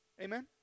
Amen